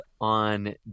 on